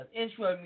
intro